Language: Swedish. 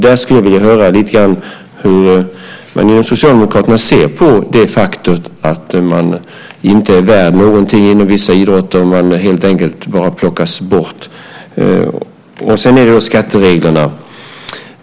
Där skulle jag vilja höra lite grann om hur man inom Socialdemokraterna ser på det faktum att man inte är värd något inom vissa idrotter, utan man plockas helt enkelt bara bort. Vidare har vi skattereglerna.